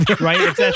Right